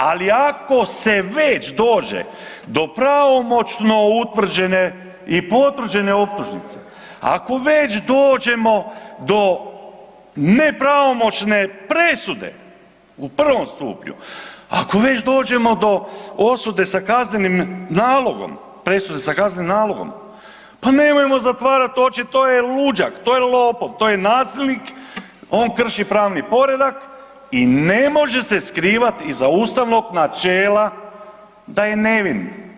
Ali, ako se već dođe do pravomoćno utvrđene i potvrđene optužnice, ako već dođemo do nepravomoćne presude u prvom stupnju, ako već dođemo do osude sa kaznenim nalogom, presude, sa kaznenim nalogom, pa nemojmo zatvarati oči, to je luđak, to je lopov, to je nasilnik, on krši pravni poredak i ne može se skrivati iza ustavnog načela da je nevin.